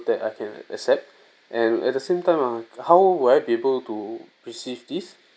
that I can accept and at the same time ah how would I be able to receive this